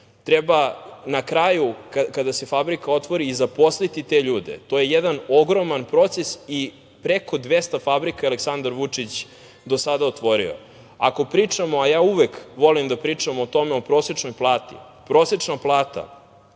njima. Na kraju kada se fabrika otvori treba i zaposliti te ljude. To je jedan ogroman proces i preko 200 fabrika je Aleksandar Vučić do sada otvorio. Ako pričamo, a ja uvek volim da pričam, o prosečnoj plati. Prosečna plata,